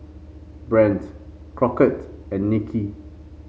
Brant Crockett and Nikki